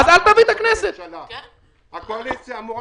אז אני מגיש רביזיה על כל מה שהצבעת עכשיו